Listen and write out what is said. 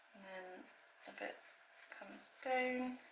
and a bit comes down